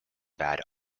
bad